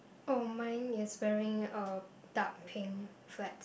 oh mine is wearing a dark pink flat